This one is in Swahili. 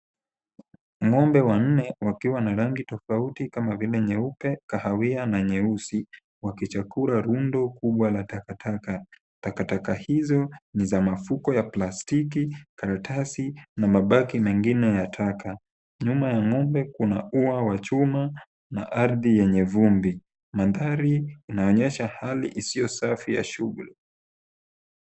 Ng'ombe wanne wakiwa na rangi tofauti kama vile nyeupe, kahawia na nyeusi wakichakura rundo kubwa la takataka. Takataka hizo ni za mafuko ya plastiki, karatasi na mabaki mengine ya taka. Nyuma ya ng'ombe kuna ua wa chuma na ardhi yenye vumbi. Mandhari inaonyesha hali isiyo safi ya shughuli.